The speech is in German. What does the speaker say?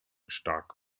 stark